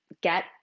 get